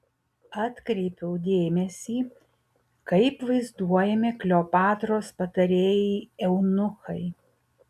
atkreipiau dėmesį kaip vaizduojami kleopatros patarėjai eunuchai